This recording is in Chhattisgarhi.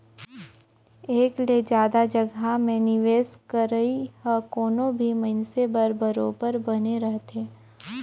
एक ले जादा जगहा में निवेस करई ह कोनो भी मइनसे बर बरोबेर बने रहथे